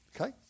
Okay